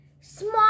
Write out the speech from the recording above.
Small